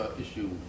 issue